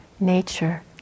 Nature